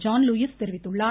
John Lewis தெரிவித்துள்ளார்